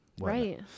right